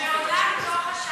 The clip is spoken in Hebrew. זה באמת יהיה גוף,